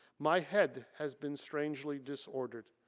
my head has been strangely disordered.